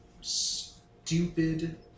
Stupid